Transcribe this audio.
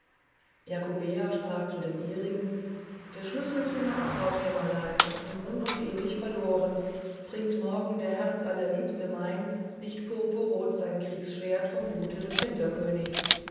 jakobea sprach zu dem ihrigen der schlüssel zu meinem brautkämmerlein ist nun und ewig verloren bringt morgen der herzallerliebste mein nicht purpurrot sein kriegsschwert vom blute des